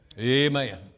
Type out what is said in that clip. Amen